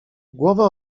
głowę